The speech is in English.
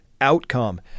outcome